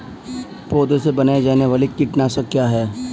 पौधों से बनाई जाने वाली कीटनाशक क्या है?